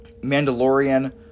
Mandalorian